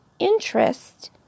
interest